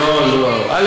לא, לא, א.